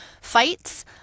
fights